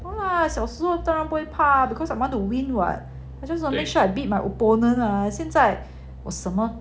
!wah! 小时候当然不会怕 because I want to win [what] I just don't make sure I win my opponent [what] 现在我什么